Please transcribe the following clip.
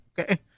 Okay